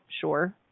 Sure